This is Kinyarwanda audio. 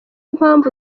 mpamvu